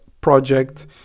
project